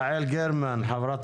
אוקיי, יעל גרמן, חברת